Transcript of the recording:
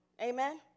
Amen